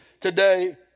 today